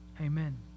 Amen